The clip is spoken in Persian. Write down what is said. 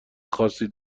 خاصی